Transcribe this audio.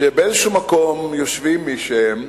שבאיזשהו מקום יושבים מישהם,